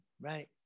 right